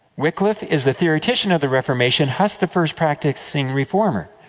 wycliffe is the theoretician of the reformation, huss the first practicing reformer.